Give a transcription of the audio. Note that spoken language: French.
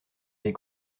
des